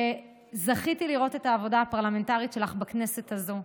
שזכיתי לראות את העבודה הפרלמנטרית שלך בכנסת הזו,